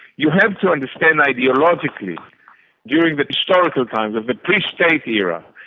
you have to understand ideologically during the historical times of the pre-state era.